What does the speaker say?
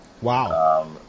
Wow